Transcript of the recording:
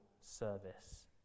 service